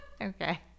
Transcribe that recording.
Okay